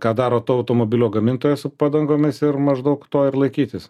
ką daro to automobilio gamintojas su padangomis ir maždaug to ir laikytis